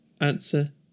Answer